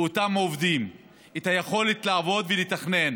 לאותם עובדים, את היכולת לעבוד ולתכנן